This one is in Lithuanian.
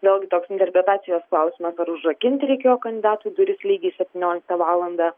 vėlgi toks interpretacijos klausimas ar užrakinti reikėjo kandidatui duris lygiai septynioliktą valandą